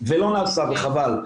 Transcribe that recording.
ולא נעשה וחבל.